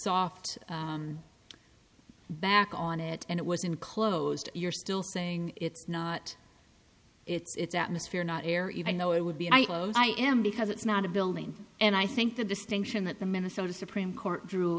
soft back on it and it was enclosed you're still saying it's not its atmosphere not air even though it would be i am because it's not a building and i think the distinction that the minnesota supreme court drew